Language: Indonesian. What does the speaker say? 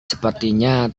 sepertinya